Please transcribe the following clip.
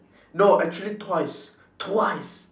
no actually twice twice